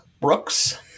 Brooks